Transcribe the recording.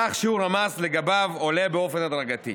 כך שיעור המס לגביו עולה באופן הדרגתי.